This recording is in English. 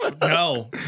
No